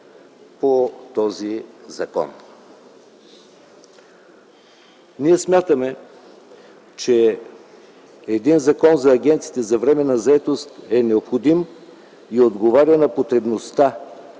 по този закон. Ние смятаме, че един закон за агенциите за временна заетост е необходим и отговаря на потребността